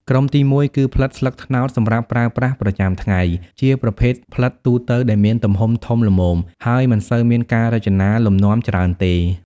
ក្រុមទីមួយគឺ ផ្លិតស្លឹកត្នោតសម្រាប់ប្រើប្រាស់ប្រចាំថ្ងៃ ជាប្រភេទផ្លិតទូទៅដែលមានទំហំធំល្មម ហើយមិនសូវមានការរចនាលំនាំច្រើនទេ។